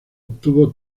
obtuvo